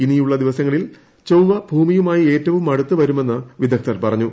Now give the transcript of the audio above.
ഇനിയുള്ള ദിവസങ്ങളിൽ ചൊവ്വ ഭൂമിയുമായി ഏറ്റവും അടുത്ത് വരുമെന്ന് വിദഗ്ദ്ധർ പറഞ്ഞു